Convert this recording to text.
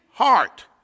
heart